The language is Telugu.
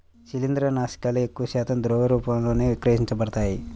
శిలీంద్రనాశకాలు ఎక్కువశాతం ద్రవ రూపంలోనే విక్రయించబడతాయి